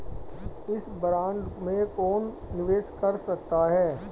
इस बॉन्ड में कौन निवेश कर सकता है?